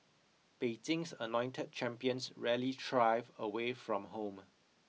Beijing's anointed champions rarely thrive away from home